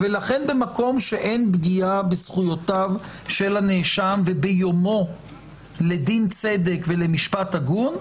ולכן במקום שאין פגיעה בזכויותיו של הנאשם וביומו לדין צדק ולמשפט הגון,